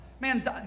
Man